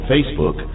Facebook